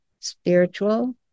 spiritual